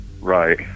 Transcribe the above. Right